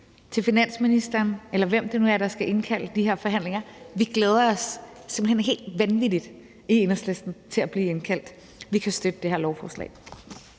til finansministeren, eller hvem det nu er, der skal indkalde til de her forhandlinger: Vi glæder os simpelt hen helt vanvittigt i Enhedslisten til at blive indkaldt. Vi kan støtte det her lovforslag.